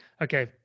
okay